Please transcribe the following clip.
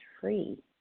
free